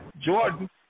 Jordan